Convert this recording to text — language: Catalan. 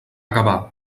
gavà